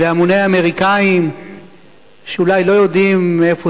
והמוני האמריקנים שאולי לא יודעים איפה